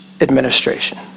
administration